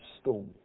storm